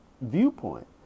viewpoint